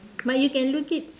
but you can look it